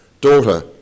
Daughter